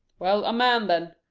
well, a man then.